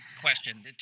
Question